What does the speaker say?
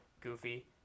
goofy